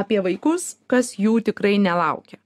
apie vaikus kas jų tikrai nelaukia